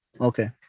Okay